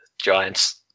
Giants